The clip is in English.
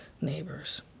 neighbors